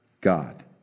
God